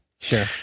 sure